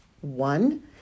One